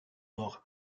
nord